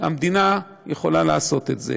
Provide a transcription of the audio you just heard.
והמדינה יכולה לעשות את זה.